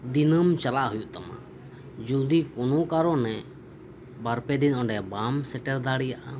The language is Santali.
ᱫᱤᱱᱟᱹᱢ ᱪᱟᱞᱟᱜ ᱦᱩᱭᱩᱜ ᱛᱟᱢᱟ ᱡᱩᱫᱤ ᱠᱳᱱᱳ ᱠᱟᱨᱚᱱᱮ ᱵᱟᱨ ᱯᱮ ᱫᱤᱱ ᱚᱸᱰᱮ ᱵᱟᱢ ᱥᱮᱴᱮᱨ ᱫᱟᱲᱮᱭᱟᱜᱼᱟ